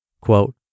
Quote